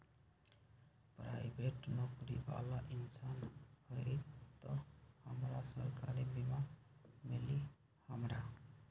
Private नौकरी बाला इंसान हई त हमरा सरकारी बीमा मिली हमरा?